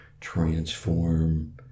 transform